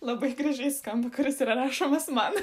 labai gražiai skamba kuris yra rašomas man